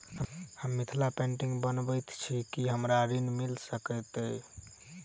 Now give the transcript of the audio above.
हम मिथिला पेंटिग बनाबैत छी की हमरा ऋण मिल सकैत अई?